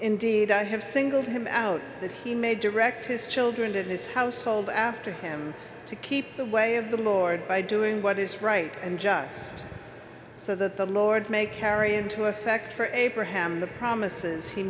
indeed i have singled him out that he may direct his children that his household after him to keep the way of the lord by doing what is right and just so that the lord may carry into effect for abraham the promises he